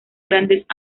grandes